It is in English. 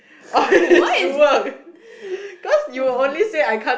why is